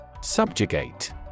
Subjugate